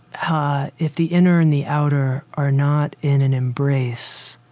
um ah if the inner and the outer are not in an embrace,